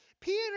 Peter